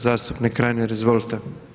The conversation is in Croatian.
Zastupnik Reiner, izvolite.